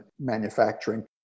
manufacturing